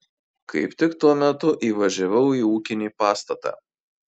kaip tik tuo metu įvažiavau į ūkinį pastatą